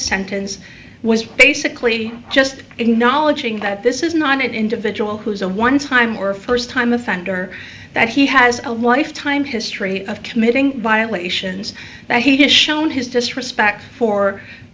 sentence was basically just acknowledging that this is not an individual who's a one time or first time offender that he has a lifetime history of committing violations that he has shown his disrespect for